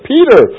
Peter